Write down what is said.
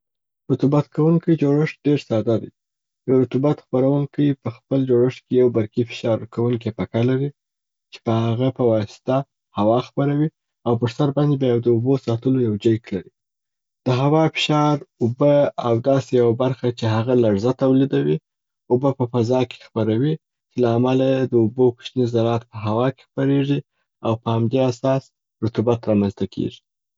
رطوبت کوونکی جوړښت ډېر ساده دی. یو رطوبت خپرونکي په خپل جوړښت کې یو برقي فشار ورکوونکي پکه لري چې د هغه په واسطه هوا خپروي او پر سر باندي بیا د اوبو ساتلو یو جیک لري. د هوا فشار، اوبه او داسي یو برخه چې هغه لړزه تولیدوي، اوبه په فضا کي خپروي له امله یې د اوبو کوچني زرات په هوا کي خپریږي او په همدې اساس رطوبت رامنځ ته کیږي.